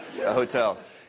Hotels